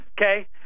okay